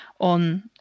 on